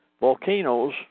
Volcanoes